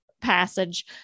passage